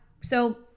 So-